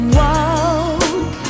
walk